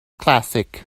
classic